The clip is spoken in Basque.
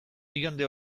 igande